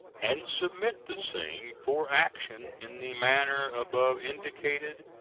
and submit the same for action in the manner above indicated,